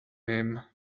him